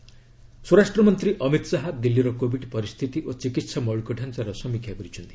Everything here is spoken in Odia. ଶାହା କୋବିଡ୍ ରିଭ୍ୟ ସ୍ୱରାଷ୍ଟ୍ର ମନ୍ତ୍ରୀ ଅମିତ୍ ଶାହା ଦିଲ୍ଲୀର କୋବିଡ୍ ପରିସ୍ଥିତି ଓ ଚିକିତ୍ସା ମୌଳିକ ଢାଞ୍ଚାର ସମୀକ୍ଷା କରିଛନ୍ତି